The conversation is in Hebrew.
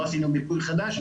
לא עשינו מיפוי חדש,